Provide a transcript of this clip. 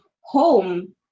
home